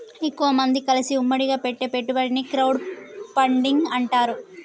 ఎక్కువమంది కలిసి ఉమ్మడిగా పెట్టే పెట్టుబడిని క్రౌడ్ ఫండింగ్ అంటారు